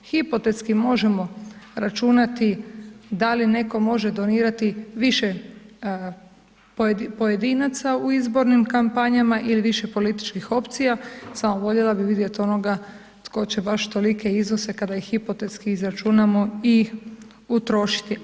Hipotetski možemo računati da li netko može donirati više pojedinaca u izbornim kampanjama ili više političkih opcija, samo voljela bih vidjeti onoga tko će baš tolike iznose kada ih hipotetski izračunamo, i utrošiti.